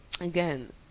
again